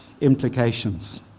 implications